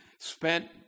spent